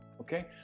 Okay